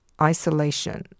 isolation